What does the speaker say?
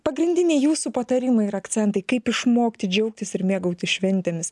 pagrindiniai jūsų patarimai ir akcentai kaip išmokti džiaugtis ir mėgautis šventėmis